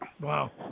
wow